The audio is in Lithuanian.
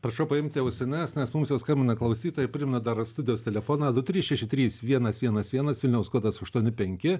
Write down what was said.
prašau paimti ausines nes mums jau skambina klausytojai primena dar studijos telefoną du trys šeši trys vienas vienas vienas vilniaus kodas aštuoni penki